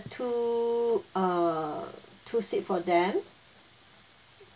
two err two seat for them